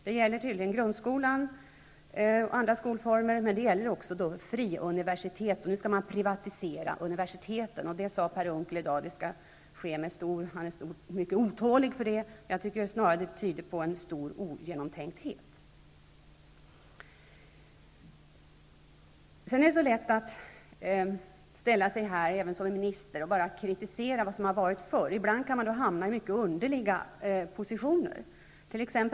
Det gäller grundskolan och andra skolformer, men det gäller också fria universitet -- nu skall man privatisera universiteten. Per Unckel sade att han ser fram mot det med stor otålighet. Jag tycker snarare att det tyder på stor ogenomtänkthet. Det är så lätt att även som minister ställa sig upp och bara kritisera vad som har varit. Ibland kan man då hamna i mycket underliga positioner.